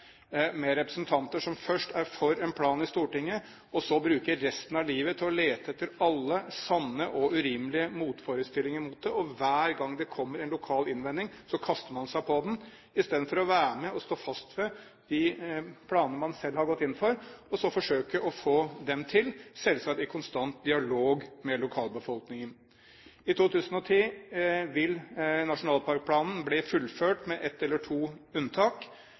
for en plan i Stortinget, bruker resten av livet på å lete etter alle sanne og urimelige motforestillinger mot den, og hver gang det kommer en lokal innvending, kaster man seg på den istedenfor å være med og stå fast ved den planen man selv har gått inn for, og forsøke å få den til – selvsagt i konstant dialog med lokalbefolkningen. I 2010 vil nasjonalparkplanen bli fullført, med ett eller to unntak.